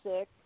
sick